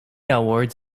awards